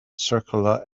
circular